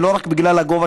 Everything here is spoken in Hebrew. ולא רק בגלל הגובה,